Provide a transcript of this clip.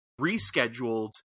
rescheduled